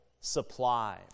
Supply